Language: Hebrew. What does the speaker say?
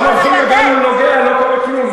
לא מבחין, וגם אם אני נוגע לא קורה כלום.